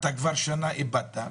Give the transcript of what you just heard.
ואתה כבר איבדת שנה.